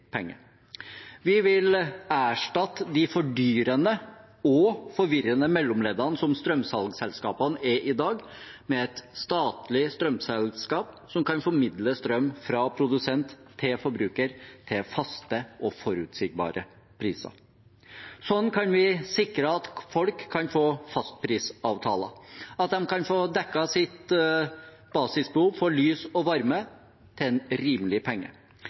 Vi vil erstatte de fordyrende og forvirrende mellomleddene som strømsalgsselskapene er i dag, med et statlig strømselskap som kan formidle strøm fra produsent til forbruker, til faste og forutsigbare priser. Sånn kan vi sikre at folk kan få fastprisavtaler, at de kan få dekket sitt basisbehov for lys og varme til en rimelig penge.